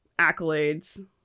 accolades